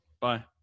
Bye